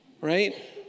right